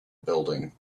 building